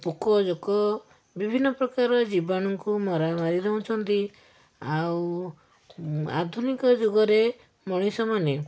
ପୋକଜୋକ ବିଭିନ୍ନ ପ୍ରକାର ଜୀବାଣୁକୁ ମରା ମାରି ଦେଉଛନ୍ତି ଆଉ ଆଧୁନିକ ଯୁଗରେ ମଣିଷମାନେ